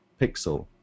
pixel